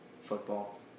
football